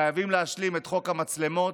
חייבים להשלים את חוק המצלמות,